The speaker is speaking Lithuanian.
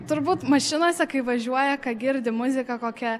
turbūt mašinose kai važiuoja ką girdi muziką kokią